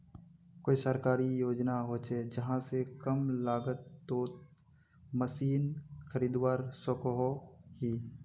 कोई सरकारी योजना होचे जहा से कम लागत तोत मशीन खरीदवार सकोहो ही?